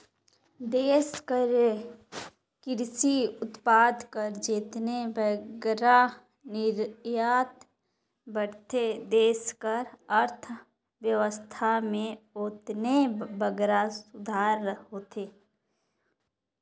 देस कर किरसी उत्पाद कर जेतने बगरा निरयात बढ़थे देस कर अर्थबेवस्था में ओतने बगरा सुधार होथे